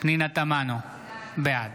פנינה תמנו, בעד